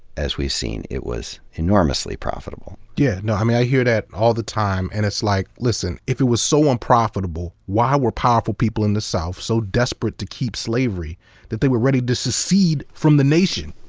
as we've seen, it was enormously profitable. yeah, um i hear that and all the time. and it's like, listen, if it was so unprofitable, why were powerful people in the south so desperate to keep slavery that they were ready to secede from the nation?